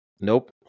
Nope